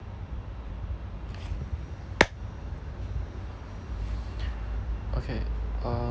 okay uh